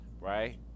right